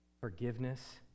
forgiveness